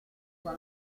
sua